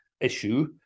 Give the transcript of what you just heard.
issue